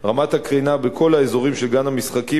ורמת הקרינה בכל האזורים של גן-המשחקים